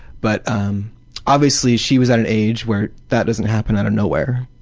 but um obviously she was at an age where that doesn't happen out of nowhere,